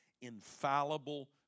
infallible